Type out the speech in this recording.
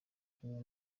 kumwe